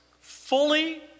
fully